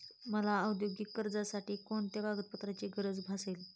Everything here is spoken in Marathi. मला औद्योगिक कर्जासाठी कोणत्या कागदपत्रांची गरज भासेल?